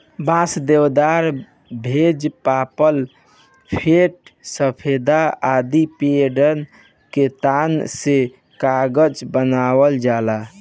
बांस, देवदार, भोज, पपलर, फ़र, सफेदा आदि पेड़न के तना से कागज बनावल जाला